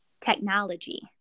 technology